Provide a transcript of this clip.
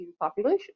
population